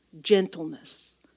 gentleness